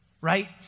right